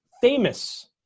famous